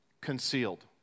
concealed